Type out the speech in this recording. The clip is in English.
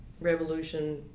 Revolution